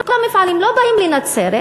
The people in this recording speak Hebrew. כל המפעלים לא באים לנצרת,